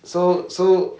so so